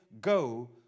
go